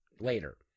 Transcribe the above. later